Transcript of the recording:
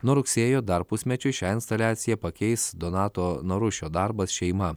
nuo rugsėjo dar pusmečiui šią instaliaciją pakeis donato norušio darbas šeima